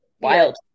wild